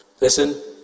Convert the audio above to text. Listen